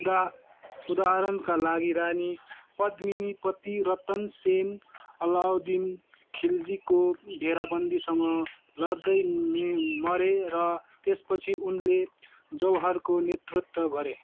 उदा उदाहरणका लागि रानी पद्मिनी पति रतन सेन अलाउद्दिन खिल्जीको घेराबन्दीसँग लड्दै मे मरे र त्यसपछि उनले जौहारको नेतृत्व गरे